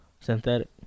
synthetic